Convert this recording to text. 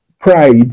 pride